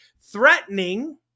threatening